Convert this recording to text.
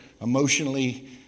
emotionally